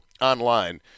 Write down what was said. online